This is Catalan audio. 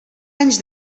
anys